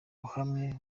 uhamye